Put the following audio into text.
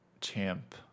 champ